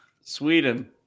Sweden